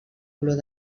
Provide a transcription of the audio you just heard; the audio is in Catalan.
color